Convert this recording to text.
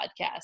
podcast